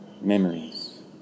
Memories